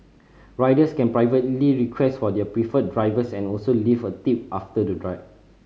riders can privately request for their preferred drivers and also leave a tip after the